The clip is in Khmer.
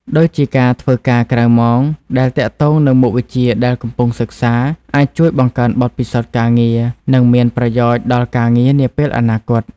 ដូចជាការធ្វើការងារក្រៅម៉ោងដែលទាក់ទងនឹងមុខវិជ្ជាដែលកំពុងសិក្សា អាចជួយបង្កើនបទពិសោធន៍ការងារ និងមានប្រយោជន៍ដល់ការងារនាពេលអនាគត។